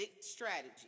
strategy